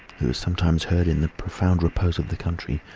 who is sometimes heard in the profound repose of the country,